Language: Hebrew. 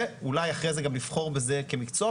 ואולי אחרי זה גם לבחור בזה כמקצוע.